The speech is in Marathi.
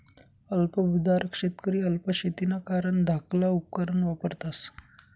अल्प भुधारक शेतकरी अल्प शेतीना कारण धाकला उपकरणं वापरतस